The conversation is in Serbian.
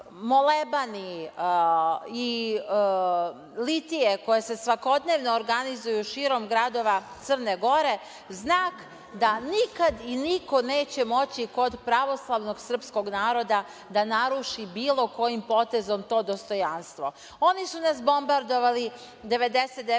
i litije koje se svakodnevno organizuju širom gradova Crne Gore, znak da nikad i niko neće moći kod pravoslavnog srpskog naroda da naruši bilo kojim potezom to dostojanstvo. Oni su nas bombardovali 1999.